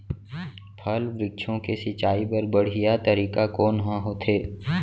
फल, वृक्षों के सिंचाई बर बढ़िया तरीका कोन ह होथे?